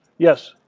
yes?